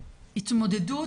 התמודדות,